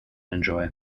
enjoy